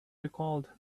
recalled